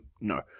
no